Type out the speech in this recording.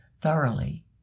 thoroughly